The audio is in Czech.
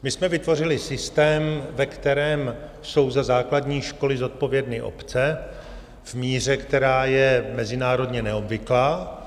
My jsme vytvořili systém, ve kterém jsou za základní školy zodpovědné obce v míře, která je mezinárodně neobvyklá.